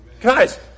Guys